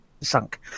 sunk